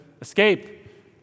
escape